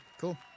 Cool